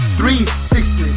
360